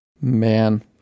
Man